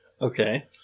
Okay